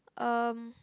um